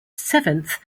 seventh